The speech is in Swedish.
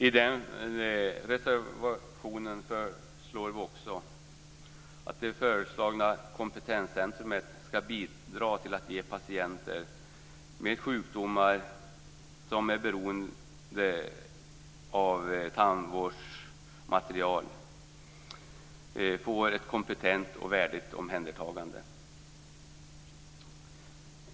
I den reservationen föreslår vi också att det föreslagna kompetenscentrumet ska bidra till att ge patienter med sjukdomar som är relaterade till tandfyllningsmaterial ett kompetent och värdigt omhändertagande.